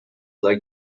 like